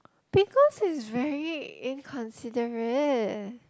because it's very inconsiderate